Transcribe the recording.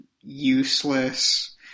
useless